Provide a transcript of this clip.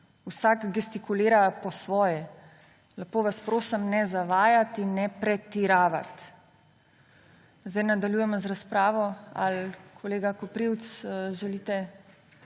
Vsak gestikulira po svoje. Lepo vas prosim, ne zavajati in ne pretiravati. Zdaj nadaljujemo z razpravo. Kolega Koprivc, želite